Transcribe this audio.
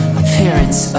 appearance